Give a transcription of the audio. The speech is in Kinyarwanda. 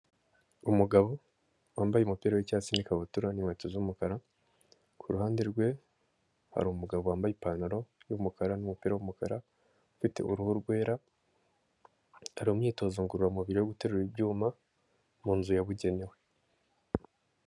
Umugabo wambaye umupira w'icyatsi n'ikabutura ,inkweto z'umukara kuruhande rwe harumu umugabo wambaye ipantaro y'umukara n'umupira w'umukara ufite uruhu rwera ,hari imyitozo ngororamubiri yo guterura ibyuma mu nzu yabugenewe.